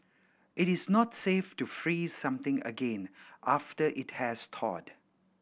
it is not safe to freeze something again after it has thawed